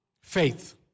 faith